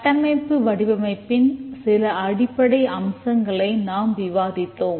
கட்டமைப்பு வடிவமைப்பின் சில அடிப்படை அம்சங்களை நாம் விவாதித்தோம்